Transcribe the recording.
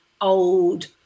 old